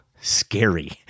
Scary